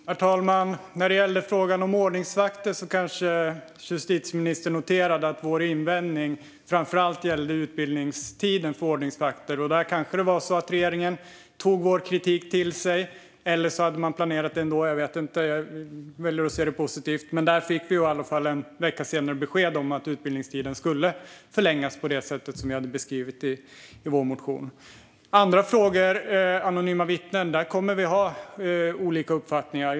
Herr talman! När det gäller frågan om ordningsvakter kanske justitieministern noterade att vår invändning framför allt gällde utbildningstiden. Där kanske regeringen tog vår kritik till sig, eller så hade man planerat det ändå. Jag vet inte, men jag väljer att se det positivt. Vi fick i alla fall en vecka senare besked om att utbildningstiden skulle förlängas på det sätt som vi hade beskrivit i vår motion. Det finns andra frågor. När det gäller anonyma vittnen kommer vi att ha olika uppfattningar.